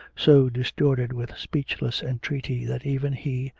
so distorted with speechless entreaty, that even he,